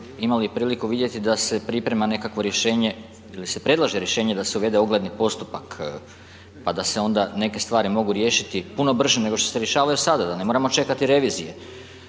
imali priliku vidjeti da se priprema nekakvo rješenje ili se predlaže rješenje da se uvede ogledni postupak pa da se onda neke stvari mogu riješiti puno brže nego što se rješavaju sada, da ne moramo čekati revizije